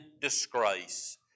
disgrace